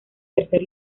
tercer